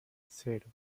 cero